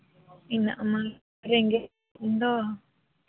ᱤᱱᱟᱹᱜ ᱢᱟ ᱨᱮᱸᱜᱮᱡ ᱫᱚ